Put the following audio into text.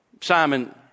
Simon